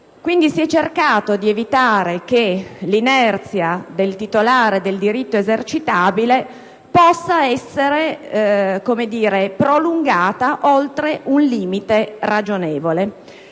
Quindi si è cercato di evitare che l'inerzia del titolare del diritto esercitabile possa essere prolungata oltre un limite ragionevole.